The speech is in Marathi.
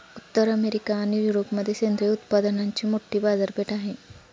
उत्तर अमेरिका आणि युरोपमध्ये सेंद्रिय उत्पादनांची मोठी बाजारपेठ आहे